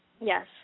Yes